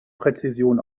präzision